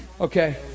Okay